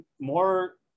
more